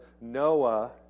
Noah